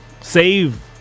save